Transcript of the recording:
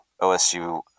OSU